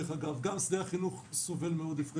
גם שדה החינוך סובל מעודף רגולציה.